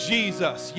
Jesus